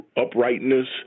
uprightness